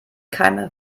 keime